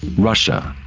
russia.